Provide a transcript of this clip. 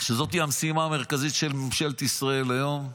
שזאת המשימה המרכזית של ממשלת ישראל היום.